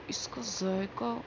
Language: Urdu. اس کا ذائقہ